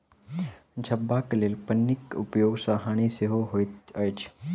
झपबाक लेल पन्नीक उपयोग सॅ हानि सेहो होइत अछि